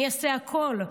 אני אעשה הכול,